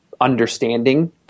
understanding